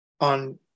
on